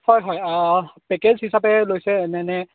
হয় হয় পেকেজ হিচাপে লৈছে নে এনে